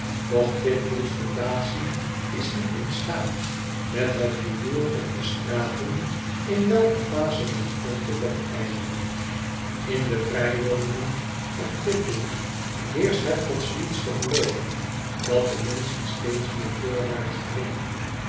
doch titbull's fundatie is niet in staat met het rumoer op de straten in welke phase dan ook te wedijveren in de vrij yonin gen van titbull heerscht het godsdienstig geloof dat de menschen steeds meer voorwaarts dringen